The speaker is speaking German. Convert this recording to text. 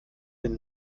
den